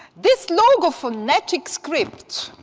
this longer, phonetic script,